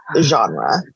genre